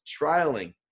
trialing